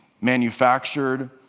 manufactured